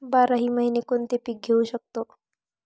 बाराही महिने कोणते पीक घेवू शकतो?